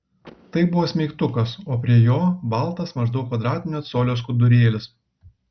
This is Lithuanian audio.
tai buvo smeigtukas o prie jo baltas maždaug kvadratinio colio skudurėlis